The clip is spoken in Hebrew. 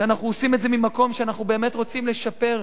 שאנחנו עושים את זה ממקום שאנחנו רוצים לשפר,